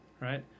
right